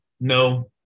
No